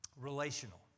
relational